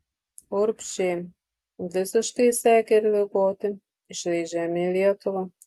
urbšiai visiškai išsekę ir ligoti išleidžiami į lietuvą